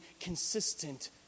consistent